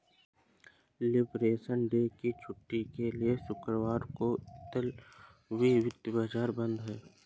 liberation day की छुट्टी के लिए शुक्रवार को इतालवी वित्तीय बाजार बंद हैं